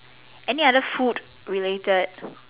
and other food related